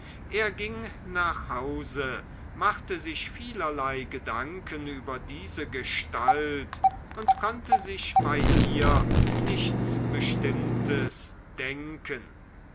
er ging nach hause machte sich vielerlei gedanken über diese gestalt und konnte sich bei ihr nichts bestimmtes denken